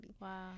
Wow